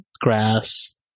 Grass